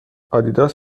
آدیداس